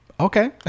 Okay